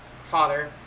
father